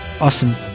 Awesome